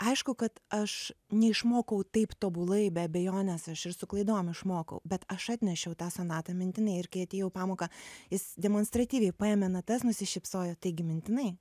aišku kad aš neišmokau taip tobulai be abejonės aš ir su klaidom išmokau bet aš atnešiau tą sonatą mintinai ir kai atėjau į pamoką jis demonstratyviai paėmę natas nusišypsojo taigi mintinai